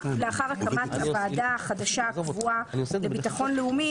לאחר הקמת הוועדה החדשה הקבועה לביטחון לאומי,